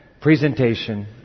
presentation